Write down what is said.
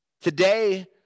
Today